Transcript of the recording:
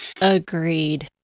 agreed